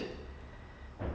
oh ya ya